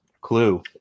clue